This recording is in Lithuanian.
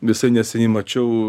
visai neseniai mačiau